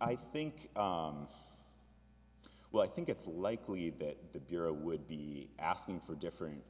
i think well i think it's likely that the bureau would be asking for different